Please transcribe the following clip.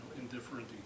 indifferent